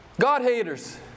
God-haters